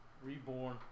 Reborn